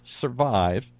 survive